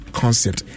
concept